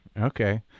Okay